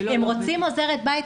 הם רוצים עוזרת בית,